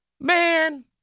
man